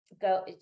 go